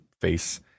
face